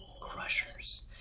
crushers